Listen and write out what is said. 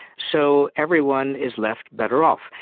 so everyone is left better off.